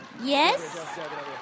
yes